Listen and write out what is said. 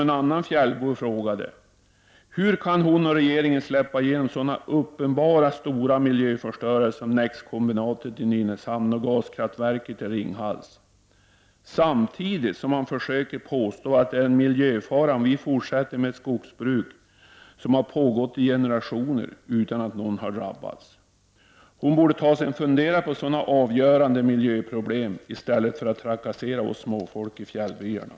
En fjällbo har frågat: Hur kan hon och regeringen släppa igenom sådana uppenbara stora miljöförstörare som NEX-kombinatet i Nynäshamn och gaskraftverket i Ringhals samtidigt som man vill påstå att det är en miljöfara om vi fortsätter med ett skogsbruk som har funnits i generationer utan att någon har drabbats? Hon borde ta sig en funderare på sådana avgörande miljöproblem i stället för trakassera oss småfolk i fjällbyarna.